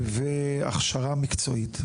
והכשרה מקצועית?